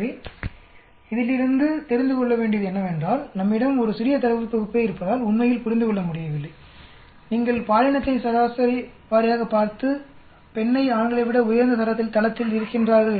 எனவே இதிலிருந்து தெரிந்துகொள்ள வேண்டியது என்னவென்றால் நம்மிடம் ஒரு சிறிய தரவுத் தொகுப்பே இருப்பதால் உண்மையில் புரிந்துகொள்ள முடியவில்லை நீங்கள் பாலினத்தை சராசரி வாரியாக பார்த்து பெண்ணை ஆண்களை விட உயர்ந்த தளத்தில் இருக்கின்றார்கள்